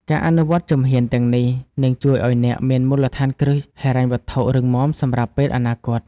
ការអនុវត្តជំហានទាំងនេះ នឹងជួយឱ្យអ្នកមានមូលដ្ឋានគ្រឹះហិរញ្ញវត្ថុរឹងមាំសម្រាប់ពេលអនាគត។